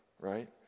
right